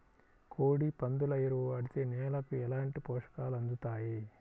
కోడి, పందుల ఎరువు వాడితే నేలకు ఎలాంటి పోషకాలు అందుతాయి